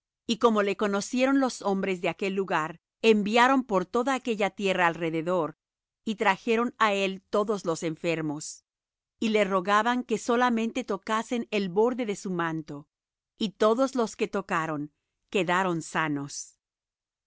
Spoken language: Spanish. y como le conocieron los hombres de aquel lugar enviaron por toda aquella tierra alrededor y trajeron á él todos los enfermos y le rogaban que solamente tocasen el borde de su manto y todos los que tocaron quedaron sanos